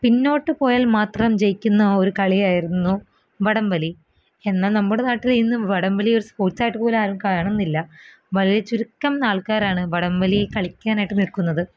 പിന്നോ ട്ടു പോയാല് മാത്രം ജയിക്കുന്ന ഒരു കളിയായിരുന്നു വടംവലി എന്നാൽ നമ്മുടെ നാട്ടിലിന്നു വടംവലി ഒരു സ്പോര്ട്സായിട്ട് പോലും ആരും കാണുന്നില്ല വളരെ ചുരുക്കം ആള്ക്കാരാണ് വടംവലി കളിക്കാനായിട്ട് നിൽക്കുന്നത്